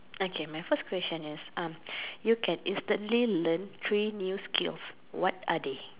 okay my first question is you can instantly learn three new skills what are they